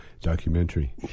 documentary